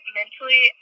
mentally